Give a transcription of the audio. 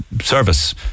service